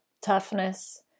toughness